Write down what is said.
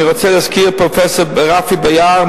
אני רוצה להזכיר את פרופסור רפי ביאר,